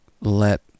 let